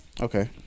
okay